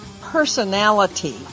personality